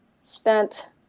spent